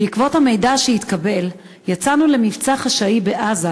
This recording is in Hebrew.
בעקבות המידע שהתקבל יצאנו למבצע חשאי בעזה,